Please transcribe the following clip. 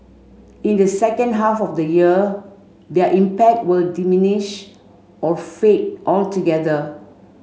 in the second half of the year their impact will diminish or fade altogether